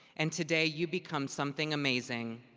and today you become something amazing.